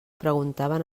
preguntaven